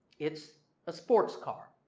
it's a sports car.